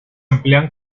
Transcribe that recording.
emplean